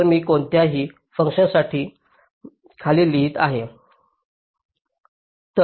तर मी कोणत्याही फंक्शनसाठी खाली लिहित आहे